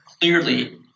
clearly